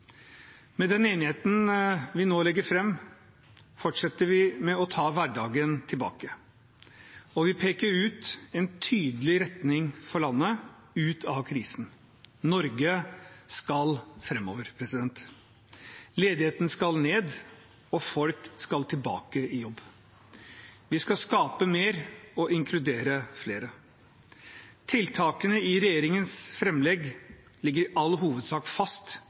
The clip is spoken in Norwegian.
Med den enigheten vi nå legger fram, fortsetter vi med å ta hverdagen tilbake, og vi peker ut en tydelig retning for landet ut av krisen. Norge skal framover. Ledigheten skal ned, og folk skal tilbake i jobb. Vi skal skape mer og inkludere flere. Tiltakene i regjeringens framlegg ligger i all hovedsak fast